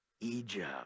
Egypt